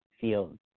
fields